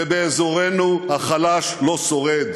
שבאזורנו החלש לא שורד,